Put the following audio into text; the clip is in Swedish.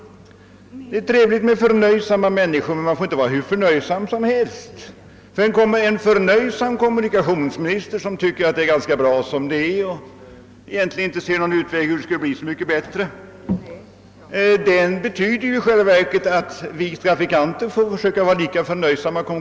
Det är trevligt med förnöjsamma människor, men man får inte vara hur förnöjsam som helst. Om kommunikationsministern är förnöjsam och tycker att allt är bra som det är eller i varje fall inte ser någon utväg att ordna det bättre, betyder det i själva verket att vi trafikanter får försöka vara lika förnöjsamma.